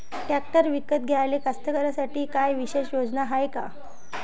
Tractor विकत घ्याले कास्तकाराइसाठी कायी विशेष योजना हाय का?